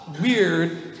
weird